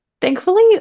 thankfully